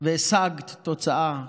והשגת תוצאה ראויה,